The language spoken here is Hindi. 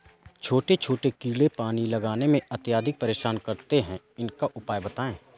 छोटे छोटे कीड़े पानी लगाने में अत्याधिक परेशान करते हैं इनका उपाय बताएं?